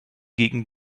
gegen